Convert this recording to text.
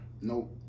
Nope